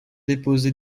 déposé